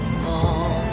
fall